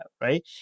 right